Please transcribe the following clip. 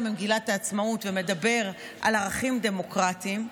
ממגילת העצמאות ומדבר על ערכים דמוקרטיים.